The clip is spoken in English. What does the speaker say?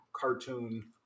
cartoon